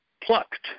plucked